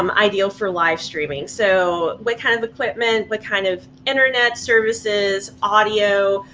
um ideal for live streaming. so what kind of equipment, what kind of internet services, audio,